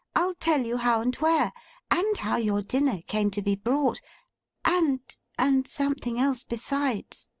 i'll tell you how and where and how your dinner came to be brought and and something else besides